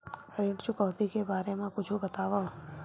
ऋण चुकौती के बारे मा कुछु बतावव?